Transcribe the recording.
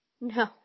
No